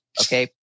Okay